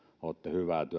olette